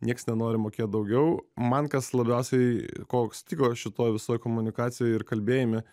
nieks nenori mokėt daugiau man kas labiausiai ko stigo šitoj visoj komunikacijoj ir kalbėjime